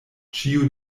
ĉio